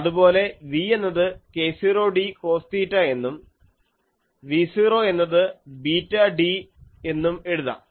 അതു പോലെ v എന്നത് k0d കോസ് തീറ്റ എന്നും v0 എന്നത് ബീറ്റ d എന്നും എഴുതാം